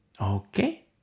Okay